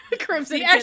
Crimson